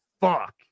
fuck